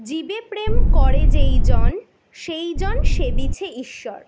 জীবে প্রেম করে যেইজন সেইজন সেবিছে ঈশ্বর